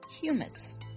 humus